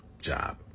job